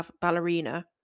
ballerina